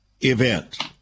event